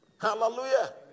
Hallelujah